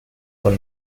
con